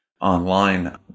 online